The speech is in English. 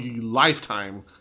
lifetime